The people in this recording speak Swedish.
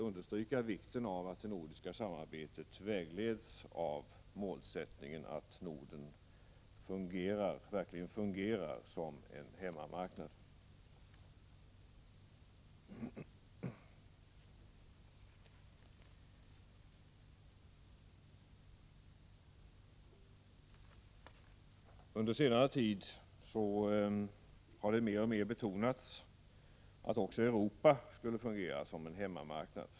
Under senare tid har det mer och mer betonats att också Europa skulle fungera som en hemmamarknad.